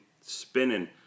spinning